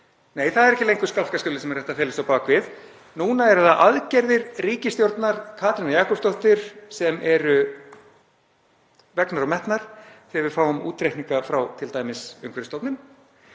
Nei, það er ekki lengur skálkaskjólið sem hægt er að fela sig á bak við. Núna eru það aðgerðir ríkisstjórnar Katrínar Jakobsdóttur sem eru vegnar og metnar þegar við fáum útreikninga frá t.d. Umhverfisstofnun,